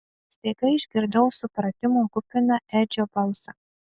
staiga išgirdau supratimo kupiną edžio balsą